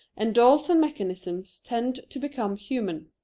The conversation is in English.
and dolls and mechanisms tend to become human.